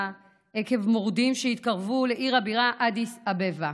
עקב התקרבות מורדים לעיר הבירה אדיס אבבה.